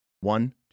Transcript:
One